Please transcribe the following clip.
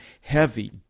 heavy